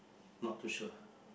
not too sure